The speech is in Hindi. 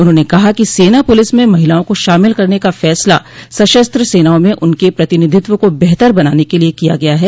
उन्होंने कहा कि सेना पुलिस में महिलाओं को शामिल करने का फैसला सशस्त्र सेनाओं में उनके प्रतिनिधित्व को बेहतर बनाने के लिए किया गया ह